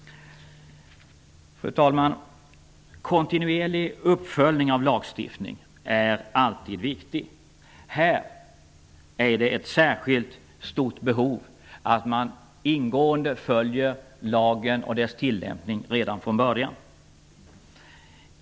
Fru talman! Kontinuerlig uppföljning av lagstiftning är alltid viktig. Här finns det ett särskilt stort behov av att man ingående följer lagen och dess tillämpning redan från början.